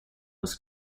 was